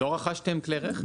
לא רכשתם כלי רכב?